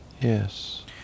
Yes